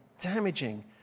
damaging